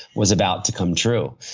was about to come true.